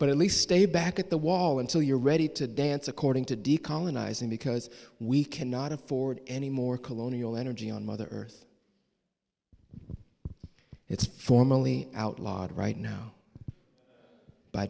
but at least stay back at the wall until you're ready to dance according to de colonizing because we cannot afford any more colonial energy on mother earth it's formally outlawed right now by